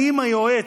אם מה שאתה,